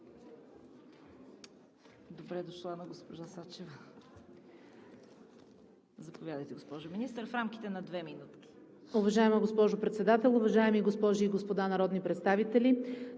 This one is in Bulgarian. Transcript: Добре дошла на госпожа Сачева! Заповядайте, госпожо Министър, в рамките на две минутки. МИНИСТЪР ДЕНИЦА САЧЕВА: Уважаема госпожо Председател, уважаеми госпожи и господа народни представители!